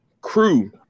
crew